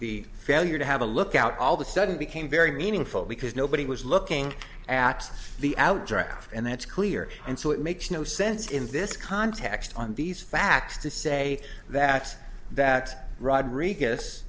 failure to have a lookout all the sudden became very meaningful because nobody was looking at the outdrive and that's clear and so it makes no sense in this context on these facts to say that that rodrigues